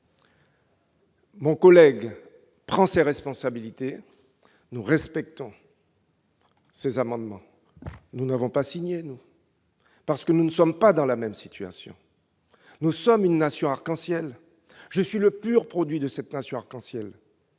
Soilihi prend ses responsabilités et nous respectons ses amendements. Nous ne les avons pas signés, parce que nous ne sommes pas dans la même situation. Nous sommes une nation arc-en-ciel. Je suis, quant à moi, le pur produit de cette nation arc-en-ciel.